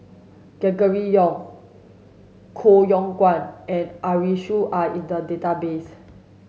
Gregory Yong Koh Yong Guan and Arasu are in the database